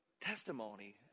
testimony